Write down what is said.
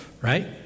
right